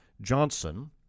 Johnson